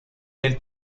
del